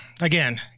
again